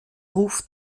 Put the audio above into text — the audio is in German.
ruft